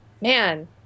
man